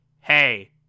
Hey